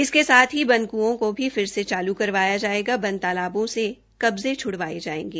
इसके साथ ही बंद कओं को भी फिर से चालू करवाया जायेगा बंद तालाबों से कब्जे छूड़वाए जाएंगे